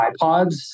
iPods